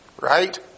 Right